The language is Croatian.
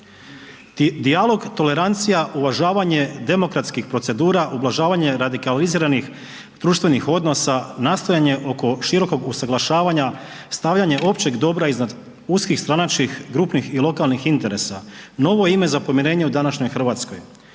„Dijalog tolerancija, uvažavanje demokratskih procedura, ublažavanje radikaliziranih društvenih odnosa nastojanje oko širokog usuglašavanja stavljanje općeg dobra iznad uskih stranačkih, grupnih i lokalnih interesa novo je ime za pomirenje u današnjoj Hrvatskoj.